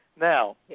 Now